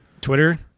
Twitter